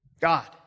God